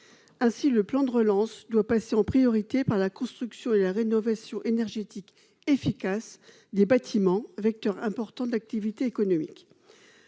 Aussi, le plan de relance doit passer en priorité par la construction et la rénovation énergétique efficace des bâtiments, vecteur important d'activité économique.